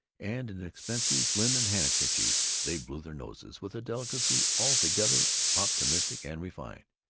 and in expensive linen handkerchiefs they blew their noses with a delicacy altogether optimistic and refined.